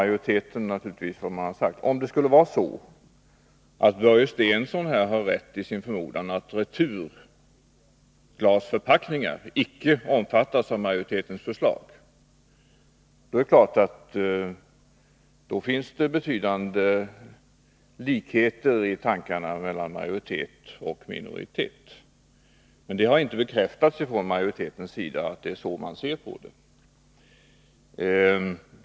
Om Börje Stensson har rätt i sin förmodan att returglasförpackningar icke omfattas av majoritetens förslag, finns det betydande likheter i tankarna hos majoriteten och minoriteten i utskottet. Men det har inte bekräftats från majoritetens sida att det är så man ser på det.